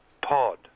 Pod